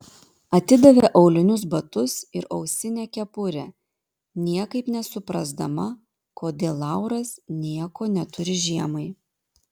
atidavė aulinius batus ir ausinę kepurę niekaip nesuprasdama kodėl lauras nieko neturi žiemai